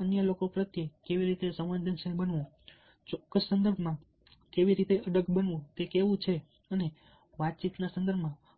અન્ય લોકો પ્રત્યે કેવી રીતે સંવેદનશીલ બનવું ચોક્કસ સંદર્ભમાં કેવી રીતે અડગ બનવું તે કેવું છે અને વાતચીતના સંદર્ભમાં પ્રો